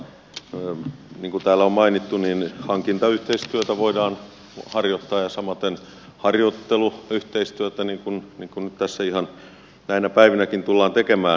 niin kuin täällä on mainittu hankintayhteistyötä voidaan harjoittaa ja samaten harjoitteluyhteistyötä niin kuin tässä ihan näinä päivinäkin tullaan tekemään